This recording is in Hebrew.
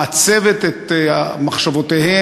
מעצבת את מחשבותיהם,